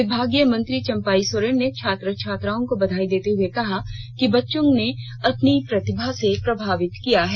विभागीय मंत्री चंपाई सोरेन ने छात्र छात्राओं को बधाई देते हए कहा कि बच्चों ने अपनी प्रतिभा से प्रभावित किया है